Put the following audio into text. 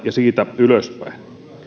ja siitä ylöspäin